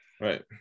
Right